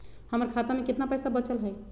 हमर खाता में केतना पैसा बचल हई?